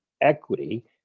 equity